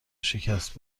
شکست